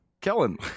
Kellen